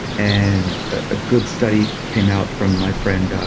and a good study came out from my friend, ah